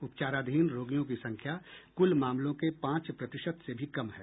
उपचाराधीन रोगियों की संख्या कुल मामलों के पांच प्रतिशत से भी कम है